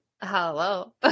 hello